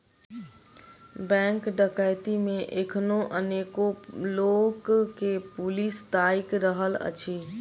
bank डकैती मे एखनो अनेको लोक के पुलिस ताइक रहल अछि